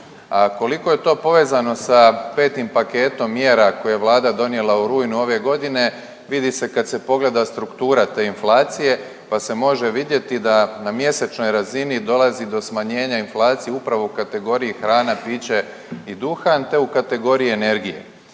A koliko je to povezano sa 5. paketom mjera koje je Vlada donijela u rujnu ove godine vidi se kad se pogleda struktura te inflacije, pa se može vidjeti da na mjesečnoj razini dolazi do smanjenja inflacije upravo u kategoriji hrana, piće i duhan, te u kategoriji energije.